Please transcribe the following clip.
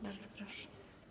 Bardzo proszę.